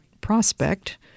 prospect